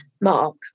Mark